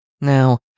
Now